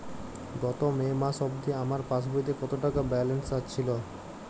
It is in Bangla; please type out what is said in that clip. গত মে মাস অবধি আমার পাসবইতে কত টাকা ব্যালেন্স ছিল?